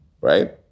right